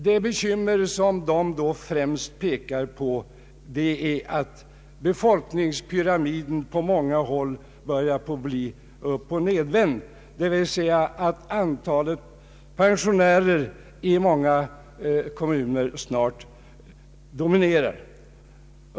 Det bekymmer som de främst pekar på är att befolkningspyramiden på många håll börjar bli upp och nedvänd, d. v. s. att antalet pensionärer i många kommuner snart dominerar.